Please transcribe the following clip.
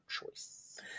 choice